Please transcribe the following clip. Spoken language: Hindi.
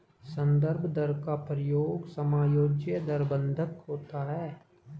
संदर्भ दर का प्रयोग समायोज्य दर बंधक होता है